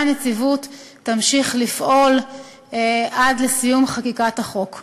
הנציבות תמשיך לפעול עד לסיום חקיקת החוק.